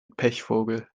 pechvogel